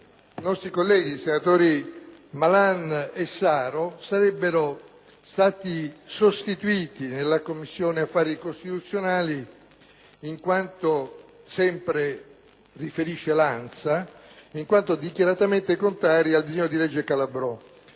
nostri colleghi, i senatori Malan e Saro, sarebbero stati sostituiti nella Commissione affari costituzionali in quanto - sempre secondo quanto riferisce l'ANSA - dichiaratamente contrari al disegno di legge Calabrò.